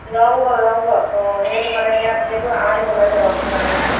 ৰংঘৰ ৰংঘৰ অঁ সেইটো মানে সেয়াত সেইটো আৰ্হিত বনাইছে ৰংঘৰ আৰ্হিটোত